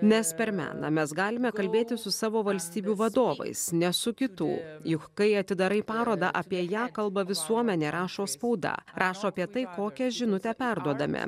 nes per meną mes galime kalbėti su savo valstybių vadovais ne su kitų juk kai atidarai parodą apie ją kalba visuomenė rašo spauda rašo apie tai kokią žinutę perduodame